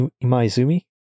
Imaizumi